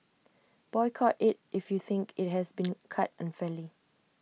boycott IT if you think IT has been cut unfairly